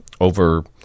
over